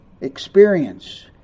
experience